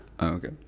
okay